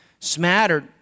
smattered